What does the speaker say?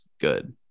good